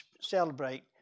celebrate